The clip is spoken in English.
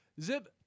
Zip